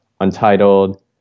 Untitled